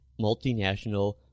multinational